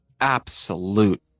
absolute